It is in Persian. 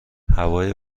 هوای